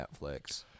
Netflix